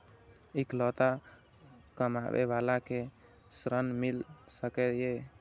इकलोता कमाबे बाला के ऋण मिल सके ये?